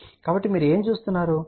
కాబట్టి మీరు ఏమి చూస్తున్నారు